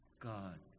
God